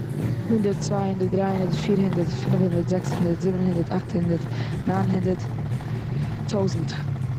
הונדערט, איין הונדערט, צוויי הונדערט, דריי הונדערט, פיר הינדערט, פינעף הינדערט, זעקס הונדערט, זיבן הונדערט, אכט הונדערט, ניין הונדערט, טויזנט.